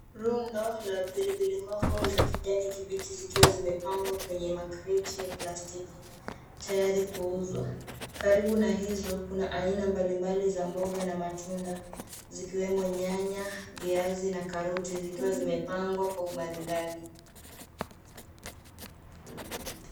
Rundo la pipipili hoho za kijani kibichi zikiwa zimepangwa kwenye makreti ya plastiki tayari kuuzwa. Karibu na hizo kuna aina mbalimbali za mboga na matunda zikiwemo nyanya, viazi na karoti zikiwa wimepangwa kwa umaridadi.